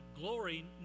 glory